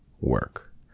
work